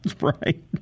right